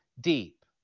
Deep